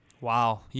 Wow